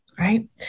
Right